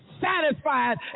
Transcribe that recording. satisfied